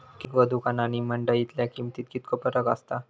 किरकोळ दुकाना आणि मंडळीतल्या किमतीत कितको फरक असता?